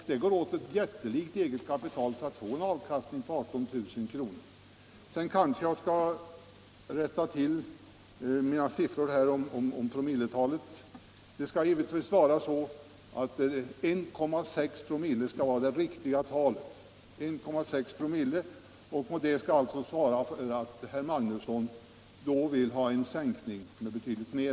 Det behövs ett jättelikt eget kapital för att man skall få en avkastning på 18 000 kr.